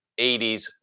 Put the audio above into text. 80s